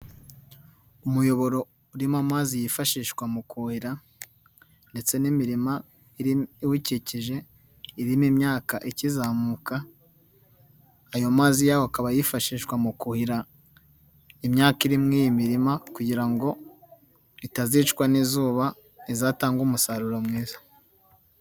Umuyoboro urimo amazi yifashishwa mu kuhira ndetse n'imirima iwukikije, irimo imyaka ikizamuka ayo mazi yawo akaba yifashishwa mu kuhira imyaka iri mu iyi mirima kugira ngo itazicwa n'izuba izatangage umusaruro mwiza.